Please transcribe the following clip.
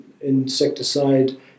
insecticide